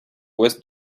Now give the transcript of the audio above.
ouest